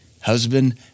Husband